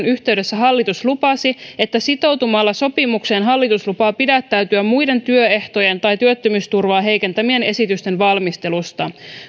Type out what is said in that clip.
yhteydessä hallitus lupasi että sitoutumalla sopimukseen hallitus lupaa pidättäytyä muiden työehtojen tai työttömyysturvaa heikentävien esitysten valmistelusta